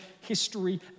history